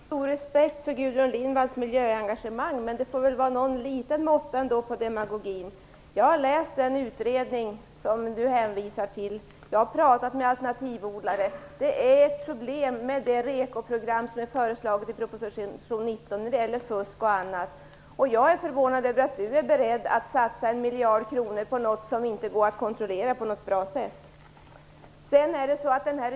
Fru talman! Jag har stor respekt för Gudrun Lindvalls miljöengagemang, men det får väl vara någon måtta med demagogin. Jag har läst den utredning som Gudrun Lindvall hänvisar till. Jag har talat med alternativodlare. Det är problem med det REKO-program som är föreslaget i proposition 19 när det gäller fusk och annat. Jag är förvånad över att Gudrun Lindvall är beredd att satsa en miljard kronor på något som inte går att kontrollera på något bra sätt.